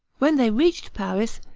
when they reached paris,